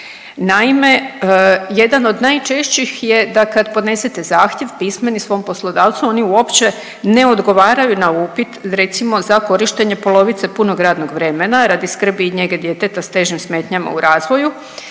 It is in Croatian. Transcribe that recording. Naime, jedan od najčešćih je da kad podnesete zahtjev pismeni svom poslodavcu oni uopće ne odgovaraju na upit recimo za korištenje polovice punog radnog vremena radi skrbi i njege djeteta s težim smetnjama u razvoju